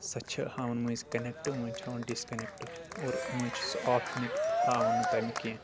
سۄ چہِ ہاوان مٔنٛزۍ کنیکٹ مٔنٛزۍ ڈس کنیکٹ اور مٔنٛزۍ چھِ سُہ آپشنٕکۍ ہاوان نہٕ تمیِک کینٛہہ